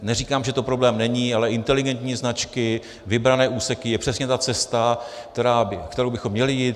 Neříkám, že to problém není, ale inteligentní značky, vybrané úseky je přesně ta cesta, kterou bychom měli jít.